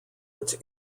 its